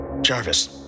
Jarvis